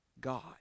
God